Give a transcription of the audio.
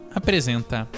apresenta